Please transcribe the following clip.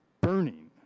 burning